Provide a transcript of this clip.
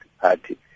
party